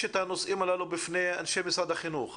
את הנושאים הללו בפני אנשי משרד החינוך.